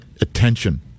attention